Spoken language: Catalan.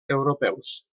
europeus